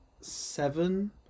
seven